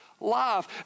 Life